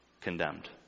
condemned